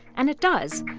and it does.